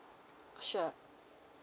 sure